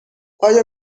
آیا